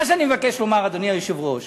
מה שאני מבקש לומר, אדוני היושב-ראש,